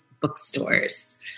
bookstores